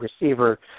receiver